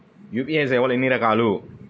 UPI సేవలు ఎన్నిరకాలు?